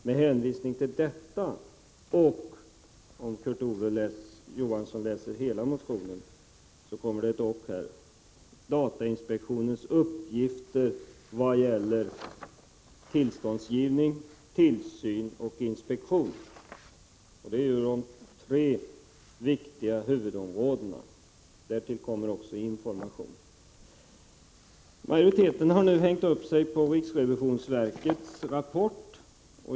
Med hänvisning till detta och — om Kurt Ove Johansson läser hela motionen märker han att det kommer ett och här — datainspektionens uppgifter i vad gäller tillståndsgivning, tillsyn och inspektion. Det är de tre viktiga huvudområdena. Därtill kommer också information. Majoriteten har nu hängt upp sig på riksrevisionsverkets rapport.